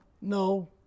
No